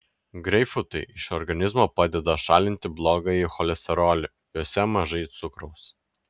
greipfrutai iš organizmo padeda šalinti blogąjį cholesterolį juose mažai cukraus